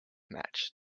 match